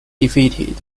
defeated